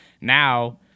now